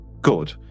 good